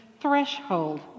threshold